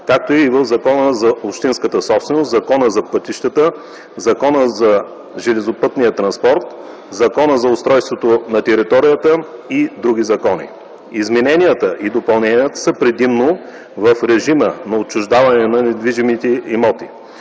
както и в Закона за общинската собственост, Закона за пътищата, Закона за железопътния транспорт, Закона за устройство на територията и в други закони. Измененията и допълненията са предимно в режима на отчуждаването на недвижими имоти.